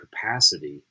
capacity